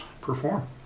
Perform